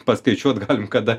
paskaičiuot galim kada